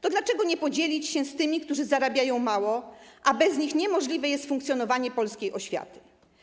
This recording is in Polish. To dlaczego nie podzielić się z tymi, którzy zarabiają mało, a bez nich niemożliwe jest funkcjonowanie polskiej oświaty?